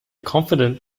confident